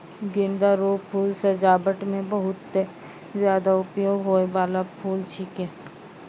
गेंदा रो फूल सजाबट मे बहुत ज्यादा उपयोग होय बाला फूल छिकै